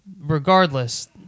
regardless